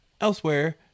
elsewhere